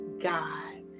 God